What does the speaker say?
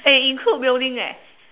eh include mailing eh